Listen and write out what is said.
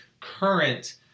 current